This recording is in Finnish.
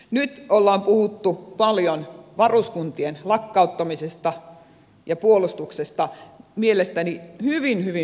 nyt on puhuttu paljon varuskuntien lakkauttamisesta ja puolustuksesta mielestäni hyvin hyvin pieneltä osa alueelta